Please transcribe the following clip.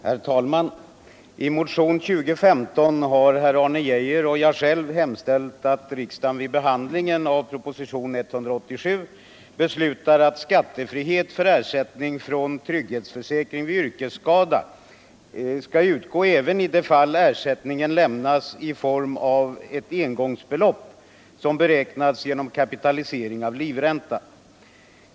Herr talman! I motionen 2015 har herr Arne Geijer i Stockholm och jag själv hemställt att riksdagen vid behandlingen av propositionen 187 beslutar om skattefrihet för ersättning från trygghetsförsäkring vid yrkesskada även i det fall ersättningen lämnas i form av ett engångsbelopp som beräknats genom kapitalisering av livränta.